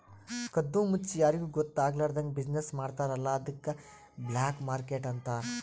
ಕದ್ದು ಮುಚ್ಚಿ ಯಾರಿಗೂ ಗೊತ್ತ ಆಗ್ಲಾರ್ದಂಗ್ ಬಿಸಿನ್ನೆಸ್ ಮಾಡ್ತಾರ ಅಲ್ಲ ಅದ್ದುಕ್ ಬ್ಲ್ಯಾಕ್ ಮಾರ್ಕೆಟ್ ಅಂತಾರ್